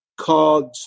cards